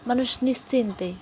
মানুষ নিশ্চিন্তে